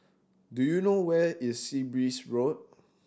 do you know where is Sea Breeze Road